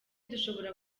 dushobora